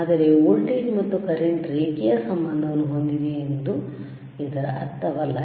ಆದರೆ ವೋಲ್ಟೇಜ್ ಮತ್ತು ಕರೆಂಟ್ ರೇಖೀಯ ಸಂಬಂಧವನ್ನು ಹೊಂದಿವೆ ಎಂದು ಇದರ ಅರ್ಥವಲ್ಲ